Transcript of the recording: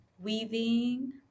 Weaving